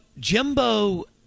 Jimbo